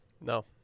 No